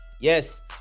yes